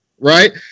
Right